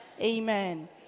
Amen